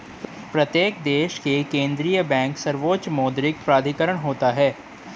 प्रत्येक देश में केंद्रीय बैंक सर्वोच्च मौद्रिक प्राधिकरण होता है